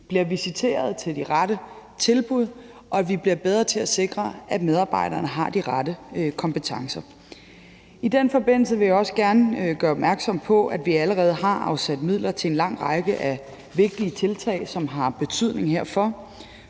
bliver visiteret til de rette tilbud; og at vi bliver bedre til at sikre, at medarbejderne har de rette kompetencer. Kl. 10:38 I den forbindelse vil jeg også gerne gøre opmærksom på, at vi allerede har afsat midler til en lang række af vigtige tiltag, som har betydning herfor.